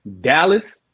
Dallas